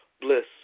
bliss